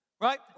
Right